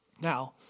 Now